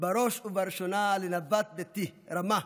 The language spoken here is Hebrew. בראש ובראשונה לנאוות ביתי, רמה,